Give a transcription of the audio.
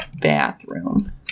bathroom